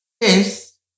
Yes